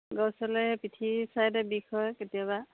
পিছফালে পিঠি ছাইডে বিষ হয় কেতিয়াবা